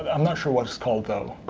i'm not sure what it's called though.